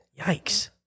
Yikes